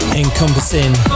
encompassing